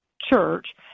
church